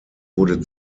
wurde